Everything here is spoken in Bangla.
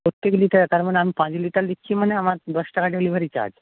প্রত্যেক লিটারে তার মানে আমি পাঁচ লিটার নিচ্ছি মানে আমার দশ টাকা ডেলিভারি চার্জ